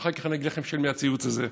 ואחר כך אני אגיד לכם של מי הציוץ הזה.